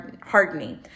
hardening